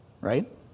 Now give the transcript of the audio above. right